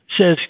says